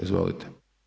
Izvolite.